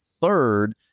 third